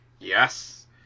Yes